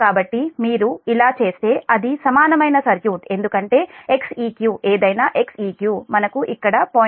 కాబట్టి మీరు ఇలా చేస్తే అది సమానమైన సర్క్యూట్ ఎందుకంటే Xeq ఏదైనా Xeq మనకు ఇక్కడ 0